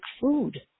food